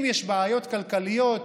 אם יש בעיות כלכליות,